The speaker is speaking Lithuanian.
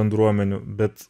bendruomenių bet